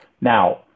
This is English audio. now